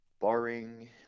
barring